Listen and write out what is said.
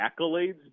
accolades